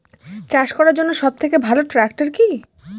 চাষ করার জন্য সবথেকে ভালো ট্র্যাক্টর কি?